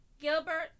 Gilbert